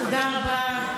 תודה רבה.